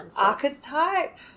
archetype